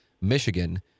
Michigan